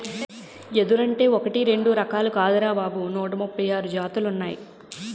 ఎదురంటే ఒకటీ రెండూ రకాలు కాదురా బాబూ నూట ముప్పై ఆరు జాతులున్నాయ్